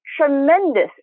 tremendous